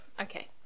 Okay